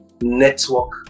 network